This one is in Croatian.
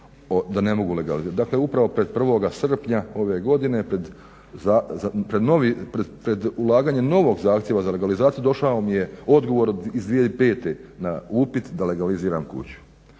Dakle, upravo pred 1. srpnja ove godine, pred ulaganje novog zahtjeva za legalizaciju došao mi je odgovor iz 2005. na upit da legaliziram kuću.